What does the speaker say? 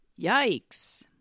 yikes